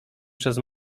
przez